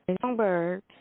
Songbird